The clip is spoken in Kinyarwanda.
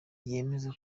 yemeza